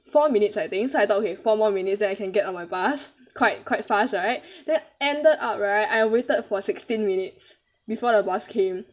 four minutes I think so I thought okay four more minutes then I can get on my bus quite quite fast right then ended up right I waited for sixteen minutes before the bus came